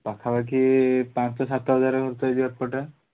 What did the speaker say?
ପାଖାପାଖି ପାଞ୍ଚ ସାତହଜାର ଖର୍ଚ୍ଚ ହେଇଯିବ ଏପଟେ